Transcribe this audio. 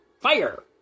Fire